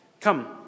Come